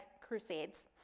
crusades